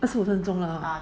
二十五分钟啊